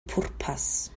pwrpas